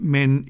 Men